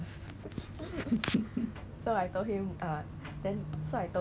okay lah so the voucher right the voucher cost like fifty dollars